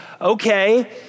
okay